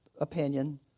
opinion